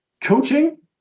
coaching